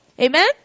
Amen